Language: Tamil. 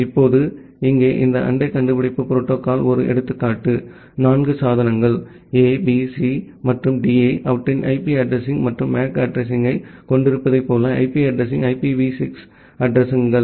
இப்போது இங்கே இந்த அண்டை கண்டுபிடிப்பு புரோட்டோகால் ஒரு எடுத்துக்காட்டு 4 சாதனங்கள் A B C மற்றும் D ஐ அவற்றின் ஐபி அட்ரஸிங் மற்றும் MAC அட்ரஸிங்யைக் கொண்டிருப்பதைப் போல ஐபி அட்ரஸிங் IPv6 அட்ரஸிங்கள்